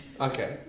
Okay